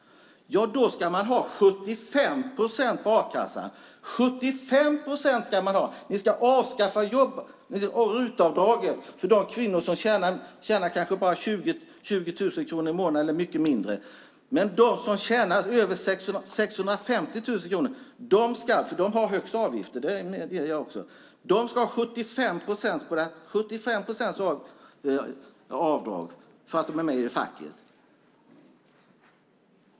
Jo, det ska vara en skattereduktion motsvarande upp till 75 procent på a-kasseavgiften. Ni ska dessutom avskaffa RUT-avdraget för kvinnor som tjänar kanske bara 20 000 kronor eller mycket mindre i månaden. Men de som tjänar 650 000 kronor - de har de högsta avgifterna; det medger jag - ska ha 75 procents avdrag därför att de är med i facket.